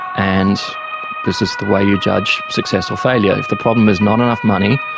and this is the way you judge success or failure. if the problem is not enough money,